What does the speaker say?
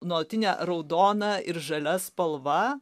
nuolatinė raudona ir žalia spalva